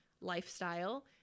lifestyle